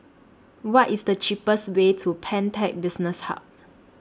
What IS The cheapest Way to Pantech Business Hub